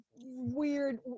weird